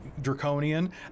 Draconian